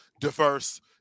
diverse